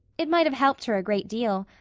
it might have helped her a great deal.